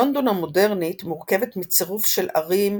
לונדון המודרנית מורכבת מצירוף של ערים,